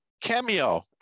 cameo